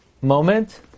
moment